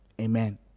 Amen